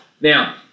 Now